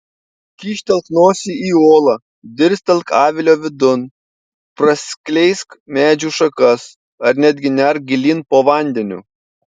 kyštelk nosį į olą dirstelk avilio vidun praskleisk medžių šakas ar netgi nerk gilyn po vandeniu